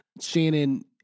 Shannon